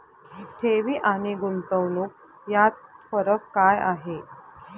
ठेवी आणि गुंतवणूक यात फरक काय आहे?